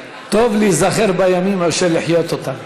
טוב להיזכר בימים מאשר לחיות אותם.